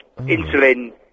insulin